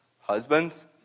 Husbands